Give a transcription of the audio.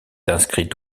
inscrite